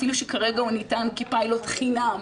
אפילו שכרגע הוא ניתן כפיילוט חינם.